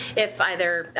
if either,